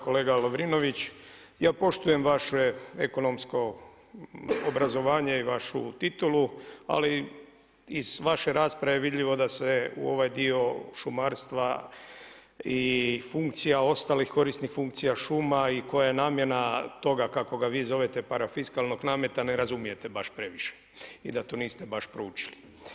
Kolega Lovrinović, ja poštujem vaše ekonomsko obrazovanje i vašu titulu, ali iz vaše rasprave vidljivo je da se u ovaj dio šumarstva i funkcija, ostali, korisnih funkcija šuma i koja je namjena toga kako ga vi zovete parafiskalnog nameta, ne razumijete baš previše i da to niste baš proučili.